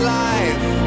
life